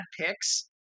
picks